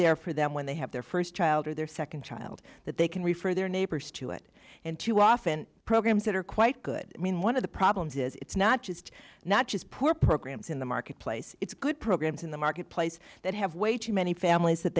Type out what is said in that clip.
there for them when they have their first child or their second child that they can refer their neighbors to it and too often programs that are quite good i mean one of the problems is it's not just not just poor programs in the marketplace it's good programs in the marketplace that have way too many families that